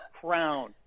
crown